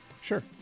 sure